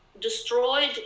destroyed